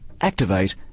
activate